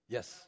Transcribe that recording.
Yes